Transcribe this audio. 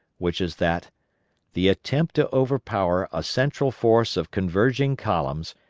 which is that the attempt to overpower a central force of converging columns,